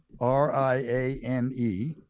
R-I-A-N-E